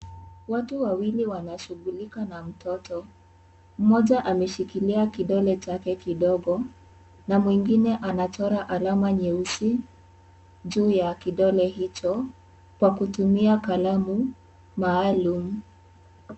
Watu wawili wanashugulika na mtoto, mmoja ameshikilia kidole chake kidogo na mwingine anachora alama nyeusi juu ya kidole hicho kwa kutumia kalamu maalum.